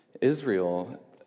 Israel